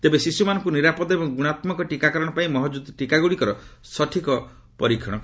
ତେବେ ଶିଶୁମାନଙ୍କୁ ନିରାପଦ ଏବଂ ଗୁଣାତ୍ମକ ଟୀକାକରଣ ପାଇଁ ମହକୁଦ୍ ଟୀକାଗୁଡ଼ିକର ସଠିକ୍ ପରୀକ୍ଷଣ କରାଯାଉଛି